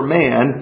man